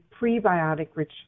prebiotic-rich